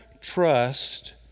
trust